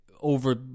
over